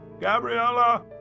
Gabriella